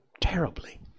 terribly